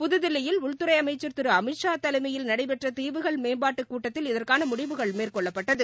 பதுதில்லியில் உள்துறைஅமைச்சர் திருஅமித்ஷா தலைமையில் நடைபெற்றதீவுகள் மேம்பாட்டுக் கூட்டத்தில் இதற்கானமுடிவுகள் மேற்கொள்ளப்பட்டது